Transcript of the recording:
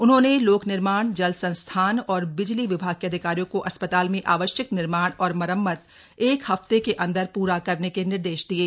उन्होंने लोक निर्माण जल संस्थान और बिजली विभाग के अधिकारियों को अस्पताल में आवश्यक निर्माण और मरम्मत एक हफ्ते के अंदर पूरा करने के निर्देश दिये